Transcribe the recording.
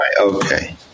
Okay